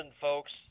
folks